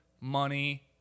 money